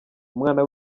umwana